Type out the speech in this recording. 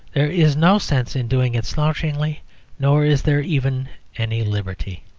there is no sense in doing it slouchingly nor is there even any liberty.